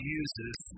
uses